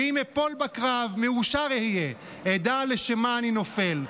ואם אפול בקרב, מאושר אהיה, אדע לשם מה אני נופל".